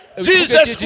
Jesus